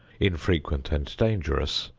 infrequent and dangerous,